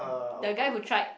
the guy who tried